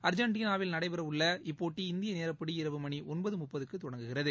அர்ஜெண்டினாவில் நடைபெறவுள்ள இப்போட்டி இந்தியநேரடிப்படி இரவு மணிஒன்பதுமுப்பதுக்குதொடங்குகிறது